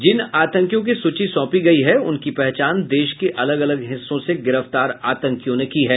जिन आतंकियों की सूची सौंपी गयी है उनकी पहचान देश के अलग अलग हिस्सों से गिरफ्तार आतंकियों ने की है